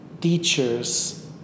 teachers